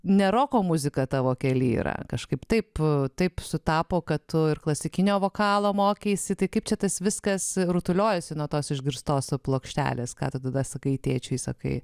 ne roko muzika tavo kelyje yra kažkaip taip taip sutapo kad ir klasikinio vokalo mokeisi tai kaip čia tas viskas rutuliojasi nuo tos išgirstos plokštelės ką tada sakai tėčiui sakai